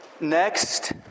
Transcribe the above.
Next